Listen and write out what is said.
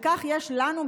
בכך יש לנו,